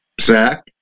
Zach